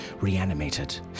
reanimated